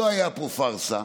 לא הייתה פה פארסה.